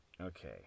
Okay